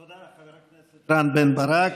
תודה, חבר הכנסת רם בן ברק.